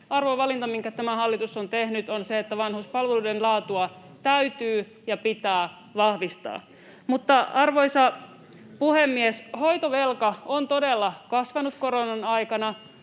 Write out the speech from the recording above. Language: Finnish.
arvovalinta, minkä tämä hallitus on tehnyt, on se, että vanhuspalveluiden laatua täytyy ja pitää vahvistaa. Mutta, arvoisa puhemies, hoitovelka on todella kasvanut koronan aikana,